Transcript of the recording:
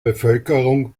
bevölkerung